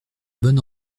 bonne